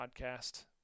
podcast